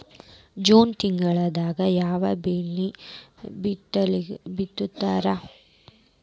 June ತಿಂಗಳದಾಗ ಯಾವ ಬೆಳಿ ಬಿತ್ತತಾರ?